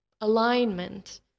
Alignment